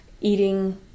eating